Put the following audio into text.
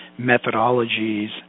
methodologies